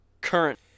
current